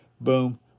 boom